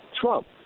Trump